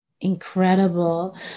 Incredible